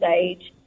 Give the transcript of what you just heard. age